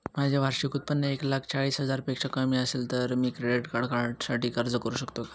माझे वार्षिक उत्त्पन्न एक लाख चाळीस हजार पेक्षा कमी असेल तर मी क्रेडिट कार्डसाठी अर्ज करु शकतो का?